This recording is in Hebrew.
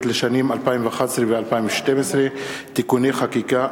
לשנים 2011 ו-2012 (תיקוני חקיקה),